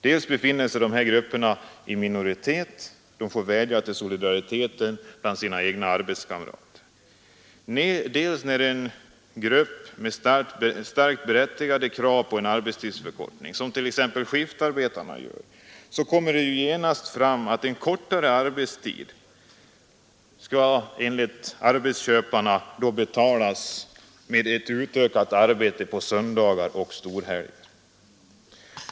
Dessa grupper är i minoritet, och de får därför vädja om solidaritet bland sina egna arbetskamrater. När en grupp med starkt berättigade krav på en arbetstidsförkortning, t.ex. skiftarbetare, reser sådana anspråk möts de dessutom genast av argumentet från arbetsköparna, att en kortare arbetstid skall betalas med ökat arbete på söndagar och storhelger.